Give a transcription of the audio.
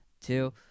two